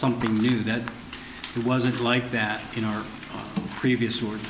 something new that it wasn't like that in our previous wars